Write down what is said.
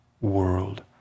world